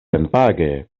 senpage